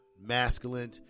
masculine